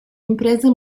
imprese